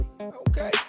Okay